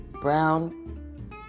brown